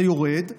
זה יורד.